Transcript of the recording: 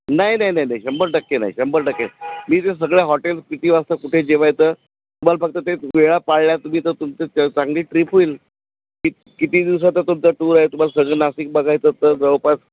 नाही नाही नाही नाही शंभर टक्के नाही शंभर टक्के मी ते सगळ्या हॉटेल्स किती वाजता कुठे जेवायचं तुम्हाला फक्त ते वेळा पाळल्या तुम्ही तर तुमचं च चांगली ट्रीप होईल कि किती दिवसाचं तुमचं टूर आहे तुम्हाला सगळं नाशिक बघायचं तर जवळपास